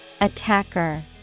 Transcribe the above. Attacker